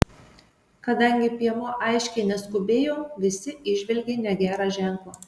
kadangi piemuo aiškiai neskubėjo visi įžvelgė negerą ženklą